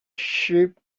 sheep